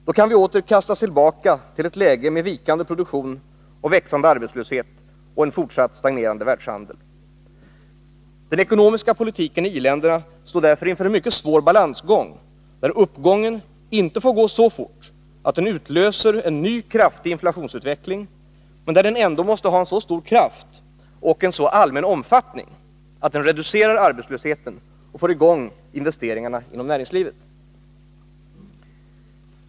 Då kan vi åter kastas tillbaka till ett läge med vikande produktion och växande arbetslöshet och en fortsatt stagnerande världshandel. Den ekonomiska politiken i i-länderna står därför inför en mycket svår balansgång, där uppgången inte får gå så fort att den utlöser en ny kraftig inflationsutveckling, men där den ändå måste ha en så stor kraft och en så allmän omfattning att den reducerar arbetslösheten och får i gång investeringarna inom näringslivet.